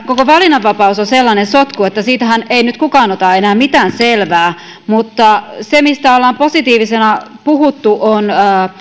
koko valinnanvapaus on sellainen sotku että siitähän ei nyt kukaan ota enää mitään selvää mutta se mistä ollaan positiivisena puhuttu on